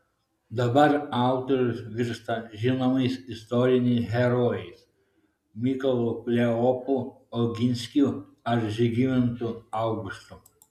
dabar autorius virsta žinomais istoriniais herojais mykolu kleopu oginskiu ar žygimantu augustu